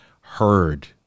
heard